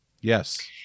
yes